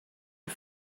you